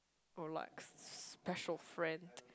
or like special friend